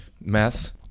mass